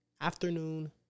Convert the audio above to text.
afternoon